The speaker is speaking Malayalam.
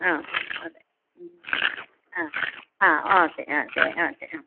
ആ അതെ അ ആ ഓക്കെ ആ ഓക്കെ ആ ഓക്കെ